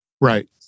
right